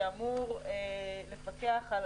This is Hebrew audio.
שאמור לפקח על